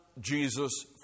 Jesus